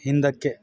ಹಿಂದಕ್ಕೆ